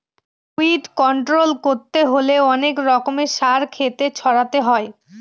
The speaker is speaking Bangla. উইড কন্ট্রল করতে হলে অনেক রকমের সার ক্ষেতে ছড়াতে হয়